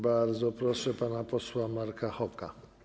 Bardzo proszę pana posła Marka Hoka.